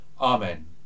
Amen